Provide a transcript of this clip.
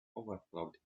overflowed